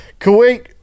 Kuwait